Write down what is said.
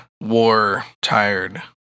war-tired